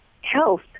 health